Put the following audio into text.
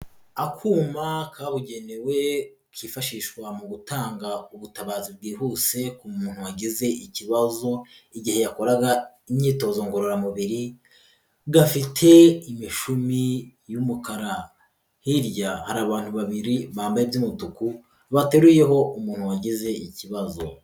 Akuma kabugenewe kifashishwa mu gutanga ubutabazi bwihuse ku muntu wagize ikibazo igihe yakoraga imyitozo ngororamubiri gafite imishumi y'umukara, hirya hari abantu babiri bambaye iby'umutuku, bateruyeho umuntu wagize ikibazo.